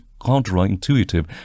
counterintuitive